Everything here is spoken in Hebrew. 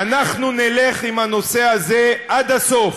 "אנחנו נלך עם הנושא הזה עד הסוף,